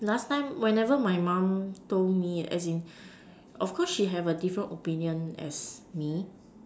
last time whenever my mum told me as in of course she have a different opinion as me